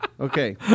Okay